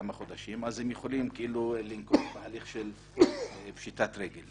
הם יכולים לנקוט בהליך של פשיטת רגל.